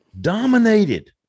Dominated